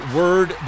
word